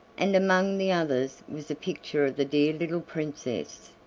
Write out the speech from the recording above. and among the others was a picture of the dear little princess!